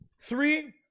Three